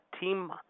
team